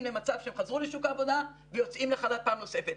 למצב שהם חזרו לשוק העבודה ויוצאים לחל"ת פעם נוספת.